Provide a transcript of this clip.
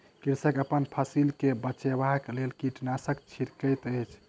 कृषक अपन फसिल के बचाबक लेल कीटनाशक छिड़कैत अछि